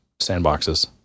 sandboxes